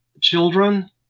children